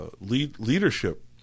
leadership